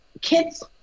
kids